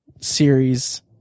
series